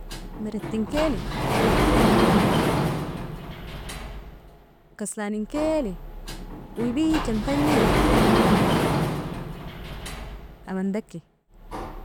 Miritinkeli fahadeli, kaslankeli waebijan tanji amandaki.